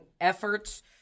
efforts